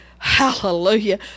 Hallelujah